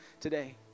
today